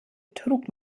trug